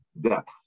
depth